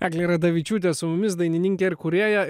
eglė radavičiūtė su mumis dainininkė ir kūrėja